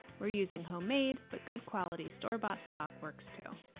we're using homemade, but good quality store-bought stock works, too.